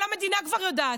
כל המדינה כבר יודעת,